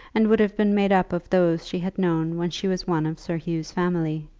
and would have been made up of those she had known when she was one of sir hugh's family.